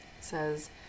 says